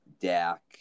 Dak